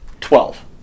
Twelve